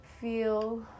feel